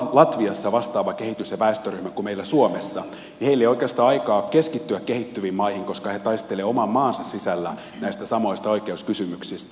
esimerkiksi latviassa vastaavalla kehitys ja väestöryhmällä kuin meillä suomessa ei ole oikeastaan aikaa keskittyä kehittyviin maihin koska he taistelevat oman maansa sisällä näistä samoista oikeuskysymyksistä